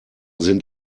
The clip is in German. sind